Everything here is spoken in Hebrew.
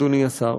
אדוני השר,